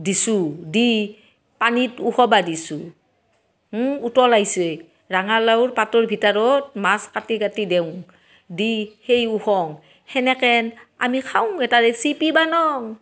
দিছু দি পানীত উহবা দিছু উতল আইছি ৰাঙালাউৰ পাতৰ ভিতাৰত মাছ কাটি কাটি দেউং দি সেই উহং সেনেকেন আমি খাওঁ এটা ৰেচিপি বানোং